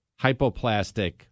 hypoplastic